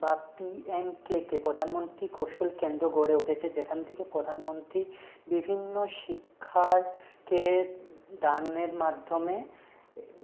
বা পি এন কে কে প্রধানমন্ত্রী কৌশল কেন্দ্র গড়ে উঠেছে যেখান থেকে প্রধানমন্ত্রী বিভিন্ন শিক্ষার কে দানের মাধ্যমে